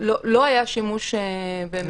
לא היה שימוש נרחב בצווים האלה.